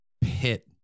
pit